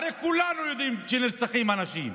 הרי כולנו יודעים שנרצחים אנשים.